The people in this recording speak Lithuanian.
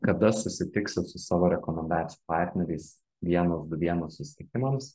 kada susitiksit su savo rekomendacijų partneriais vienas du vienas susitikimams